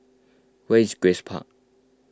where is Grace Park